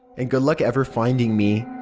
and good luck ever finding me.